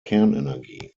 kernenergie